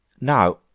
Now